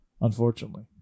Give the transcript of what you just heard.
Unfortunately